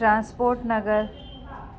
transport Nagar